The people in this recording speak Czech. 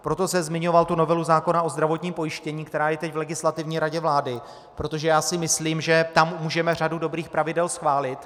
Proto jsem zmiňoval novelu zákona o zdravotním pojištění, která je teď v Legislativní radě vlády, protože si myslím, že tam můžeme řadu dobrých pravidel schválit.